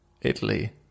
Italy